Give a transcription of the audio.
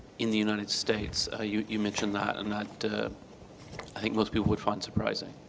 in the united states. ah you you mentioned that, and that, i think most people would find surprising.